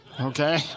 okay